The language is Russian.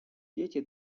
дети